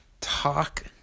talk